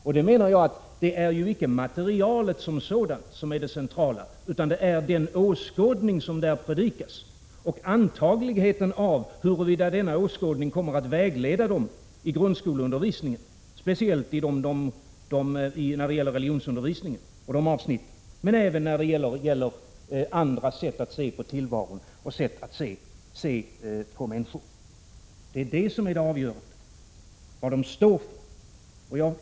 Jag menar att det icke är materialet som sådant som är det centrala utan den åskådning som predikas och antagligheten av huruvida denna åskådning kommer att vägleda grundskoleundervisningen, speciellt när det gäller religionsundervisningen men även i andra avsnitt som har att göra med sättet att se på tillvaron och sättet att se på människor. Det är vad de står för som är det avgörande.